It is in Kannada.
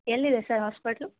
ಎಲ್ಲಿದೆ ಸರ್ ಹಾಸ್ಪೆಟ್ಲು